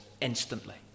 instantly